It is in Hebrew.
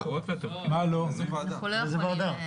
אנחנו לא יכולים.